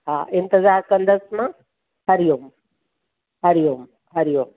हा इंतिज़ारु कंदसि मां हरि ओम हरि ओम हरि ओम